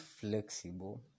flexible